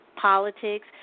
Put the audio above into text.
Politics